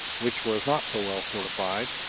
which was not so well fortified,